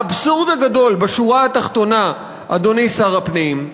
האבסורד הגדול, בשורה התחתונה, אדוני שר הפנים,